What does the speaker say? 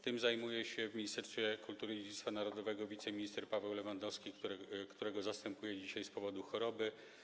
Tym zajmuje się w Ministerstwie Kultury i Dziedzictwa Narodowego wiceminister Paweł Lewandowski, którego zastępuję dzisiaj z powodu jego choroby.